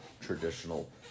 traditional